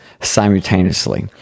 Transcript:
simultaneously